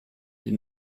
den